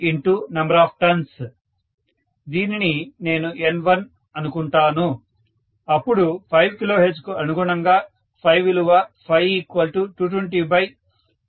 44number of turns దీనిని నేను N1 అనుకుంటాను అప్పుడు 5 కిలోహెర్ట్జ్కు అనుగుణంగా విలువ 22050004